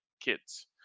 kids